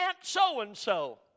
so-and-so